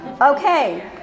Okay